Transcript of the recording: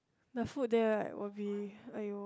the food there right will be !aiyo!